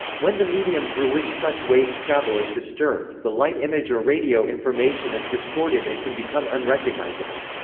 when the medium through which such waves travel is disturbed, the light image or radio information is distorted and can become unrecognizable.